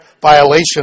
violation